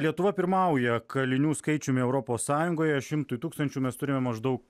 lietuva pirmauja kalinių skaičiumi europos sąjungoje šimtui tūkstančių mes turime maždaug